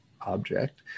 object